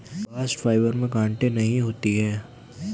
bast fibre में गांठे नहीं होती है